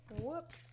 Whoops